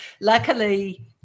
Luckily